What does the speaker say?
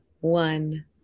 one